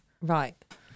Right